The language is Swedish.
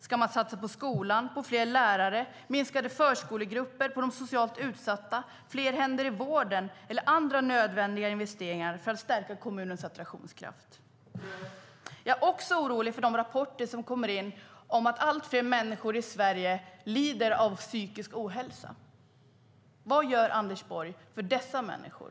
Ska man satsa på skolan, på fler lärare, på minskade förskolegrupper, på de socialt utsatta, på fler händer i vården eller andra nödvändiga investeringar för att stärka kommunens attraktionskraft? Jag är också orolig för de rapporter som kommer in om att allt fler människor i Sverige lider av psykisk ohälsa. Vad gör Anders Borg för dessa människor?